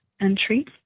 entry